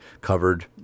covered